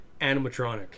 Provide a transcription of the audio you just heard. animatronic